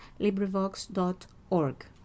LibriVox.org